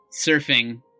surfing